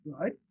right